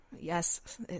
Yes